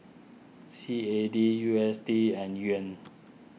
C A D U S D and Yuan